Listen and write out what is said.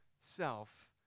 self